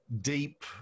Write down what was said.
deep